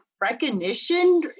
recognition